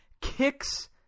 kicks